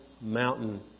mountain